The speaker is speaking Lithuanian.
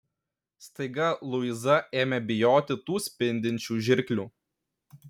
staiga luiza ėmė bijoti tų spindinčių žirklių